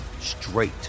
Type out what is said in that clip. straight